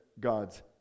God's